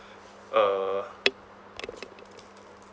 uh